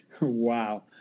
Wow